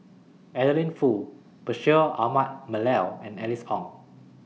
Adeline Foo Bashir Ahmad Mallal and Alice Ong